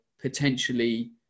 potentially